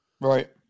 Right